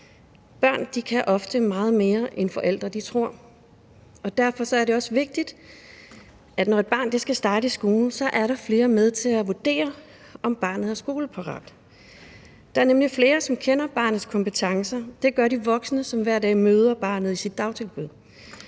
Børn kan ofte meget mere, end forældre tror, og derfor er det også vigtigt, at når et barn skal starte i skole, er der flere med til at vurdere, om barnet er skoleparat. Der er nemlig flere, som kender barnets kompetencer: Det gør de voksne, som hver dag møder barnet i dets dagtilbud.